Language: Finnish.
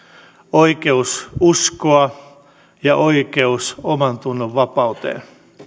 oikeus uskoa ja oikeus omantunnonvapauteen